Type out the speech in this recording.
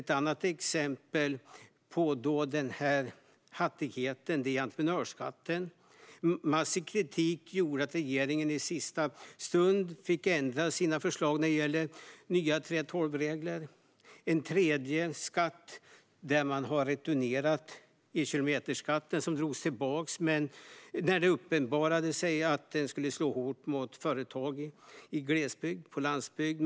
Ett annat exempel på hattandet är entreprenörsskatten. Massiv kritik gjorde att regeringen i sista stund fick ändra i sina förslag om nya 3:12-regler. Ett tredje exempel är kilometerskatten som drogs tillbaka när det uppenbarades att den skulle slå hårt mot företag i glesbygd och på landsbygd.